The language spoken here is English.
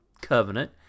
covenant